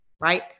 right